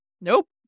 nope